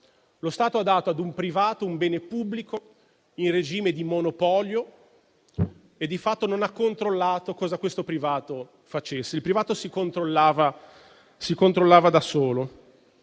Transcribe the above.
lo Stato, ma ha dato a un privato un bene pubblico in regime di monopolio e di fatto non ha controllato cosa questo privato facesse: il privato si controllava da solo.